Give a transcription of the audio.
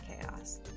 chaos